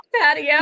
patio